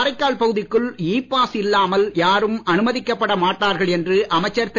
காரைக்கால் பகுதிக்குள் e pass இல்லாமல் யாரும் அனுமதிக்கப்பட மாட்டார்கள் என்று அமைச்சர் திரு